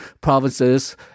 provinces